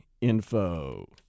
info